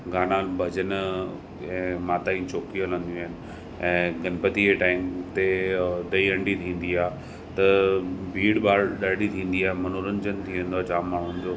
गाना भजनि ऐं माता जी चौकी हलंदियूं आहिनि ऐं गनपति जे टाइम ते दई हंडी थींदी आहे त भीड़ भाड़ ॾाढी थींदी आहे मनोरंजनु थी वेंदो आहे जाम माण्हुनि जो